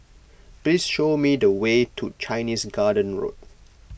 please show me the way to Chinese Garden Road